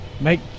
make